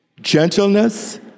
Gentleness